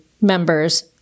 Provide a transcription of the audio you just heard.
members